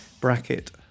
Bracket